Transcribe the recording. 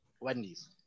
wendy's